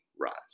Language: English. rise